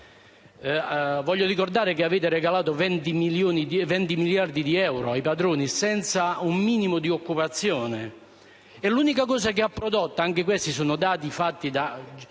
Voglio ricordare che avete regalato 20 miliardi di euro ai padroni senza un minimo di occupazione; l'unica cosa che quella norma ha prodotto (anche questi dati vengono da